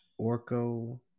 Orco